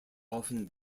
often